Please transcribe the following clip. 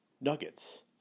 Nuggets